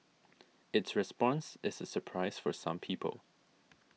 its response is a surprise for some people